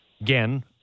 again